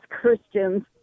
Christians